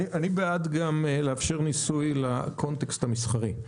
אני בעד לאפשר ניסוי לקונטקסט המסחרי.